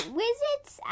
wizards